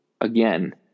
Again